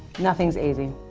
nothing's easy,